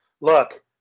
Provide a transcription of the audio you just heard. look